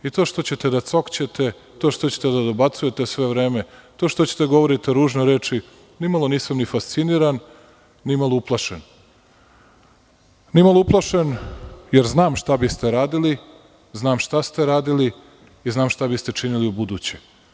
I to što ćete da cokćete, to što ćete da dobacujete sve vreme, to što ćete da govorite ružne reči, nimalo nisam ni fasciniran, nimalo uplašen, jer znam šta biste radili, znam šta ste radili i znam šta biste činili u buduće.